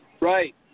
Right